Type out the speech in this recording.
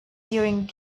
during